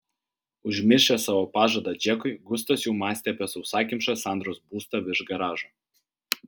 užmiršęs savo pažadą džekui gustas jau mąstė apie sausakimšą sandros būstą virš garažo